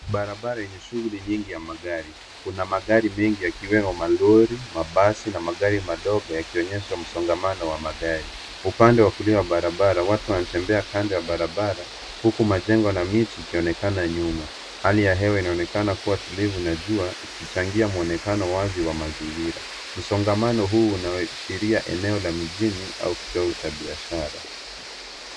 Barabara enye shughuli nyingi ya magari. Kuna magari mengi ikiwemo malori, mabasi na magari madogo yaonyesha msongamano wa magari. Upande wa kulia wa barabara, watu wanatembea kando ya barabara uko majengo na miti ikionekana nyuma. Hali ya hewa inaonekana kuwa tulivu na jua ikichangia muonekano wazi wa mazingira. Msongamano huu unaashiria eneo la mijini au kituo cha biashara.